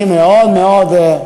אני מאוד מאוד,